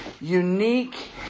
unique